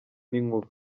n’inkuba